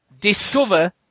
Discover